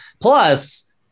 Plus